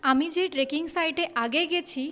আমি যে ট্রেকিং সাইটে আগে গিয়েছি